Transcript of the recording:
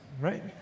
right